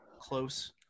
close